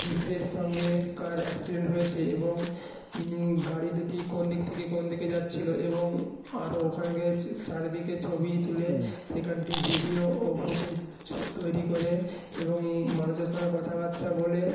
কীসের সঙ্গে কার অ্যাক্সিডেন্ট হয়েছে এবং গাড়ি দুটি কোনদিক থেকে কোনদিকে যাচ্ছিলো এবং আরও ওখান থেকে চারিদিকে ছবি তুলে সেখানটি ভিডিও ও ফুটেজ তৈরি করে এবং মানুষের সঙ্গে কথাবার্তা বলে